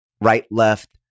right-left